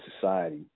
society